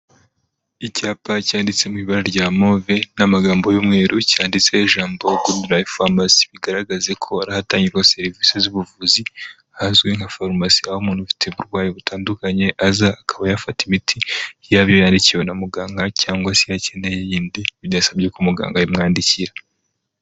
Icyapa cyanditse mu ibara rya move n'amagambo y'umweru cyanditseho ijambo goodlife pharmacy, bigaragaze ko ari ahatangirwa serivisi z'ubuvuzi ahazwi nka farumasi aho umuntu ufite uburwayi butandukanye aza akaba yafata imiti yaba iyo yandikiwe na muganga cyangwa se akeneye iyindi bidasabye ko muganga ayimwandikira.